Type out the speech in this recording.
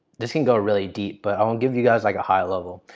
this can go really deep. but i'll give you guys like a high level.